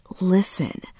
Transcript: listen